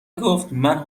گفتمن